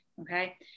okay